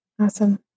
Awesome